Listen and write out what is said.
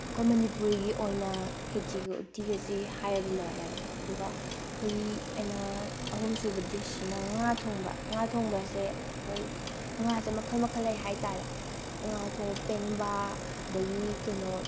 ꯑꯩꯈꯣꯏ ꯃꯅꯤꯄꯨꯔꯒꯤ ꯑꯣꯏꯅ ꯈꯦꯆꯤꯒ ꯎꯇꯤꯒꯁꯤ ꯍꯥꯏꯔꯗꯤ ꯂꯣꯏꯔꯦꯕꯀꯣ ꯑꯗꯨꯒ ꯑꯩꯈꯣꯏꯒꯤ ꯑꯩꯅ ꯑꯍꯨꯝꯁꯨꯕ ꯗꯤꯁꯁꯤꯅ ꯉꯥ ꯊꯣꯡꯕ ꯉꯥ ꯊꯣꯡꯕꯁꯦ ꯑꯩꯈꯣꯏ ꯉꯥꯁꯦ ꯃꯈꯜ ꯃꯈꯜ ꯂꯩ ꯍꯥꯏꯇꯥꯔꯦ ꯉꯥ ꯊꯣꯡ ꯄꯦꯡꯕꯥ ꯑꯗꯒꯤ ꯀꯩꯅꯣ